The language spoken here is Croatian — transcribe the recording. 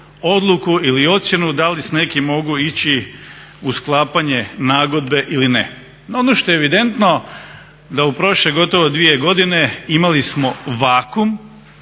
negativnu ocjenu da li s nekim mogu ići u sklapanje nagodbe ili ne. No ono što je evidentno da u prošle gotovo dvije godine imali smo vakuum